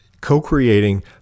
co-creating